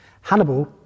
Hannibal